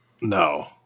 No